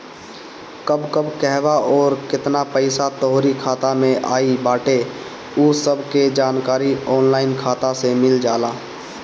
कब कब कहवा अउरी केतना पईसा तोहरी खाता में आई बाटे उ सब के जानकारी ऑनलाइन खाता से मिल जाला